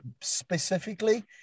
specifically